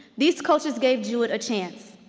these coaches gave jewett a chance.